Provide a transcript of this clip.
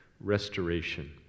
restoration